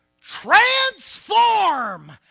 Transform